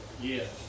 Yes